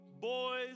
boys